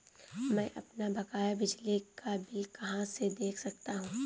मैं अपना बकाया बिजली का बिल कहाँ से देख सकता हूँ?